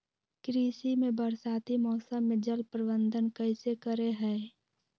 कृषि में बरसाती मौसम में जल प्रबंधन कैसे करे हैय?